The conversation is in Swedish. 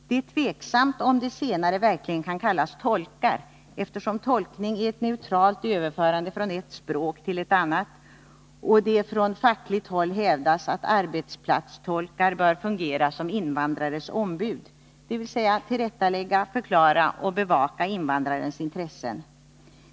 Det är tveksamt om de senare verkligen kan kallas tolkar, eftersom tolkning är ett neutralt överförande från ett språk till ett annat och det från fackligt håll hävdas att arbetsplatstolkar bör fungera som invandrarens ombud, dvs. tillrättalägga, förklara och bevaka invandrarens intressen.